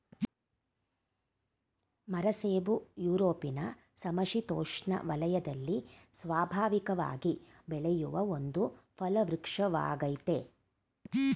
ಮರಸೇಬು ಯುರೊಪಿನ ಸಮಶಿತೋಷ್ಣ ವಲಯದಲ್ಲಿ ಸ್ವಾಭಾವಿಕವಾಗಿ ಬೆಳೆಯುವ ಒಂದು ಫಲವೃಕ್ಷವಾಗಯ್ತೆ